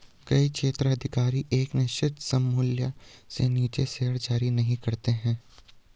कई क्षेत्राधिकार एक निश्चित सममूल्य से नीचे शेयर जारी नहीं करते हैं